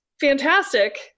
fantastic